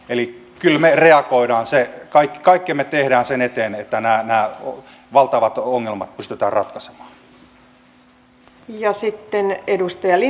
eli kyllä me reagoimme kaikkemme tehdään sen eteen että nämä valtavat ongelmat pystytään ratkaisemaan